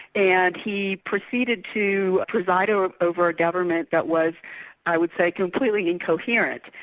and he proceeded to preside over over a government that was i would say completely incoherent.